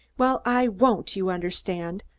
well, i won't, you understand?